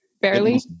barely